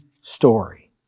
story